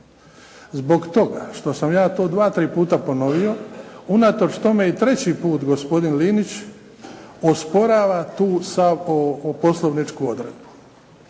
Zbog toga što sam ja to dva, tri puta ponovio unatoč tome i treći put gospodin Linić osporava tu poslovničku odredbu.